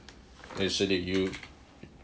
yesterday you